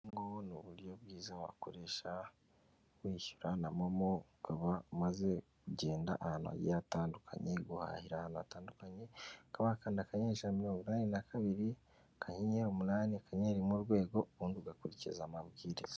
Ubu ngubu ni uburyo bwiza wakoresha wishyura na momo ukaba umaze kugenda ahantu hagiye hatandukanye, guhahira ahantu hatandukanye, ukaba wakanda akanyenyeri ijana na mirongo inani na kabiri, akanyenyeri umunani, akanyenyeri rimwe urwego ubundi ugakurikiza amabwiriza.